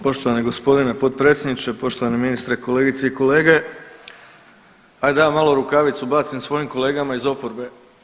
Poštovani gospodine potpredsjedniče, poštovani ministre, kolegice i kolege, ajde da ja malo rukavicu bacim svojim kolegama iz oporbe.